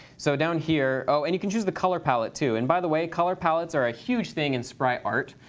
so down here oh, and you can choose the color palette, too. and by the way, way, color palettes are a huge thing in sprite art.